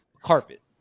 carpet